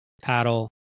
paddle